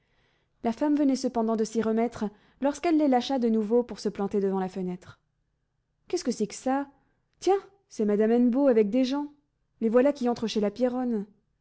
la femme venait cependant de s'y remettre lorsqu'elle les lâcha de nouveau pour se planter devant la fenêtre qu'est-ce que c'est que ça tiens c'est madame hennebeau avec des gens les voilà qui entrent chez la